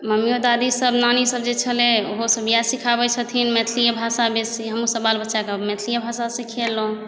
मम्मिओ दादीसब नानीसब जे छलै ओहोसब इएह सिखाबै छथिन मैथिलिए भाषा बेसी हमहूँ सब बाल बच्चाके मैथिलिए भाषा सिखेलहुँ